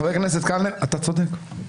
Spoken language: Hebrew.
ככה חשב נתניהו גם